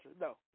no